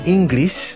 English